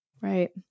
Right